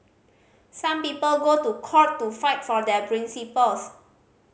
some people go to court to fight for their principles